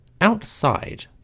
Outside